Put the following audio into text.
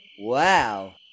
Wow